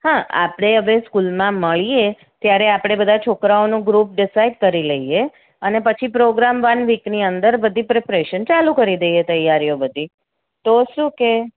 હા આપણે હવે સ્કૂલમાં મળીએ ત્યારે આપણે બધાં છોકરાઓનું ગ્રુપ ડીસાઇડ કરી લઈએ અને પછી પ્રોગ્રામ વન વીકની અંદર બધી પ્રીપરેશન ચાલુ કરી દઈએ તૈયારીઓ બધી તો શું કે